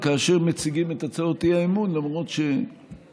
קופת חולים תהיה רשאית לגבות מבית המרקחת תשלום